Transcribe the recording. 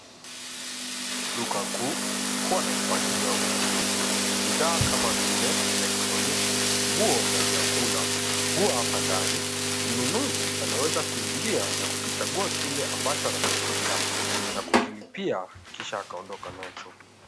Duka kuu huwa na mpangilio maalum. Bidhaa kama vile elektroniki, nguo na vyakula huwa hapa ndani. Mnunuzi anaweza kuingia na kukichagua kile ambacho anachotaka na kukilipia kisha akaondoka nacho.